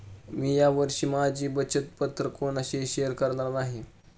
मी या वर्षी माझी बचत पत्र कोणाशीही शेअर करणार नाही